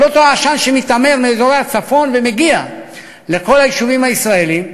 כל אותו עשן שמיתמר מאזורי הצפון ומגיע לכל היישובים הישראליים,